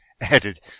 added